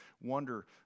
wonder